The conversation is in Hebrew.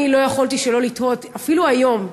אני לא יכולתי שלא לתהות: אפילו היום,